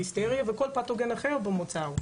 ליסטריה וכל פתוגן אחר במוצר.